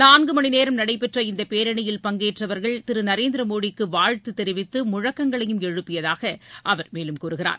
நான்கு மணி நேரம் நடைபெற்ற இந்த பேரணியில் பங்கேற்றவர்கள் திரு நரேந்திர மோடிக்கு வாழ்த்து தெரிவித்து முழக்கங்களையும் எழுப்பியதாக அவர் மேலும் கூறுகிறார்